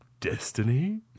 destiny